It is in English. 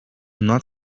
not